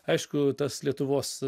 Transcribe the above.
aišku tas lietuvos